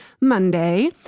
Monday